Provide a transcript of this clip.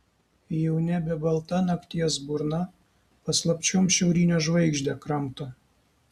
jau nebe balta nakties burna paslapčiom šiaurinę žvaigždę kramto